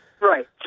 Right